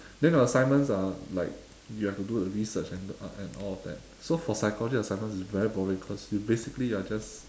then your assignments are like you have to do the research and the uh and all of that so for psychology assignments is very boring because you basically you are just